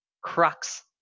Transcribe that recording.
crux